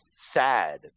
sad